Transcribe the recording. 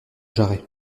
jarret